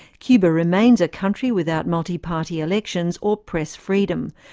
cuba remains a country without multi-party elections or press freedom,